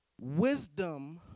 wisdom